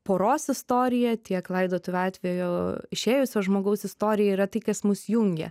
poros istorija tiek laidotuvių atveju išėjusio žmogaus istorija yra tai kas mus jungia